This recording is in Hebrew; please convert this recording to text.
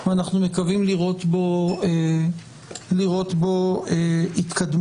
ואנחנו מקווים לראות בו התקדמות.